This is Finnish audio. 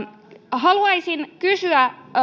haluaisin kysyä